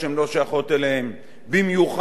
במיוחד בין היהודים,